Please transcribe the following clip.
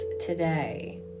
today